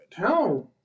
No